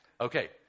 Okay